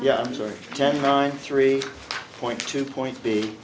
yeah i'm sorry ten nine three point two point b